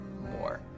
more